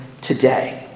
today